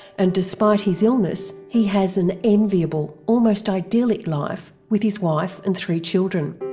and despite his illness he has an enviable, almost idyllic life with his wife and three children.